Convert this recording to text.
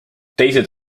teised